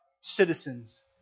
citizens